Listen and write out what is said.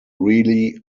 really